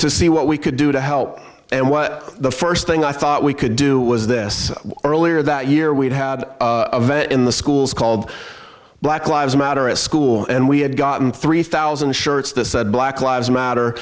to see what we could do to help and the first thing i thought we could do was this earlier that year we'd have in the schools called black lives matter a school and we had gotten three thousand shirts that said black lives matter